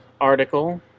article